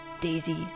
Daisy